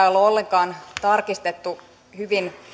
ole ollenkaan tarkistettu hyvin